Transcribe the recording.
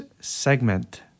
segment